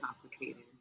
complicated